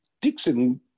Dixon